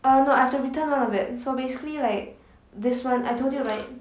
uh know I have to return one of it so basically like this one I told you right